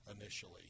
initially